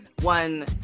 one